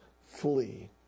flee